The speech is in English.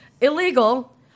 illegal